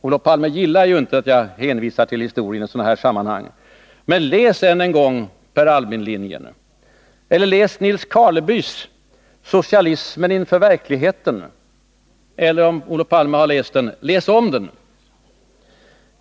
Olof Palme gillar ju inte att jag hänvisar till historien i sådana här sammanhang, men läs än en gång Per Albin-linjen eller läs Nils Karlebys Socialismen inför verkligheten! Eller, om Olof Palme har läst den, läs om den!